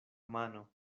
mano